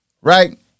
Right